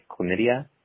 chlamydia